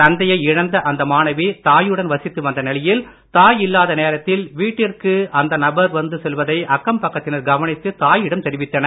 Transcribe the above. தந்தையை இழந்த அந்த மாணவி தாயுடன் வசித்து வந்த நிலையில் தாய் இல்லாத நேரத்தில் வீட்டிற்கு அந்த நபர் வந்து செல்வதை அக்கம் பக்கத்தினர் கவனித்து தாயிடம் தெரிவித்தனர்